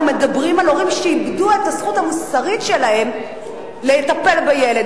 אנחנו מדברים על הורים שאיבדו את הזכות המוסרית שלהם לטפל בילד.